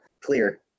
Clear